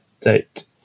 date